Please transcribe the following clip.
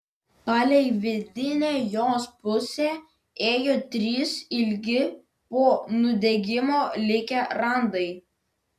palei vidinę jos pusę ėjo trys ilgi po nudegimo likę randai